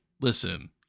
Listen